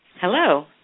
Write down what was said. Hello